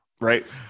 right